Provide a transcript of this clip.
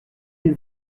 une